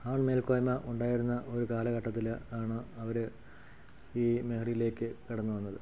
ആൺ മേൽക്കോയ്മ ഉണ്ടായിരുന്ന ഒരു കാലഘട്ടത്തിൽ ആണ് അവർ ഈ മേഘലയിലേക്കു കടന്നു വന്നത്